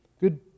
good